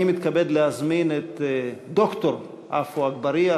אני מתכבד להזמין את ד"ר עפו אגבאריה,